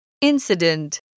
Incident